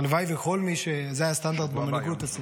הלוואי שזה היה הסטנדרט במנהיגות.